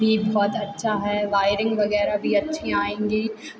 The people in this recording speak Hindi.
भी बहुत अच्छा है वायरिंग वगैरह भी अच्छी आएँगी